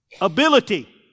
Ability